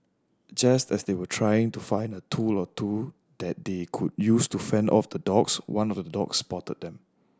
just as they were trying to find a tool or two that they could use to fend off the dogs one of the dogs spotted them